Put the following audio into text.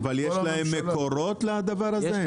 אבל יש להם מקורות לדבר הזה?